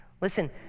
Listen